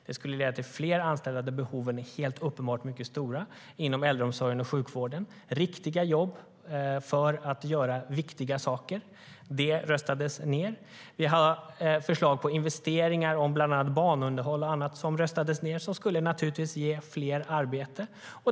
De skulle leda till fler anställda där behoven uppenbart är mycket stora, inom äldreomsorgen och sjukvården, riktiga jobb för att göra viktiga saker. Det röstades ned. Vi har förslag på investeringar i banunderhåll och annat som röstades ned och som naturligtvis skulle ge fler arbete.